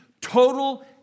total